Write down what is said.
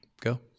go